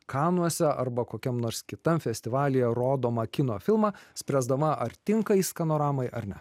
kanuose arba kokiam nors kitam festivalyje rodomą kino filmą spręsdama ar tinka jis skanoramai ar ne